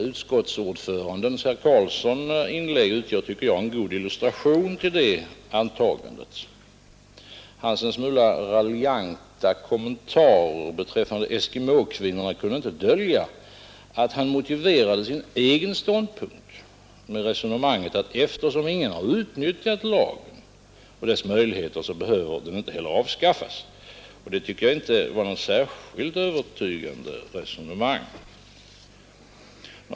Utskottets ordförandes, herr Karlssons, inlägg utgör en god illustration till detta antagande. Hans en smula raljanta kommentarer beträffande eskimåkvinnorna kunde inte dölja att han motiverade sin egen ståndpunkt med resonemanget, att eftersom ingen har utnyttjat lagen och dess möjligheter behöver den inte heller avskaffas. Det tycker jag inte var något särskilt övertygande resonemang.